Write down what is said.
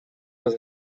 was